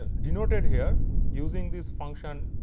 ah denoted here using this function,